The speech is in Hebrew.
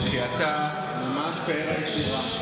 לא, כי אתה ממש פאר היצירה.